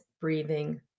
breathing